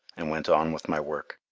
and went on with my work.